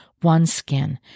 OneSkin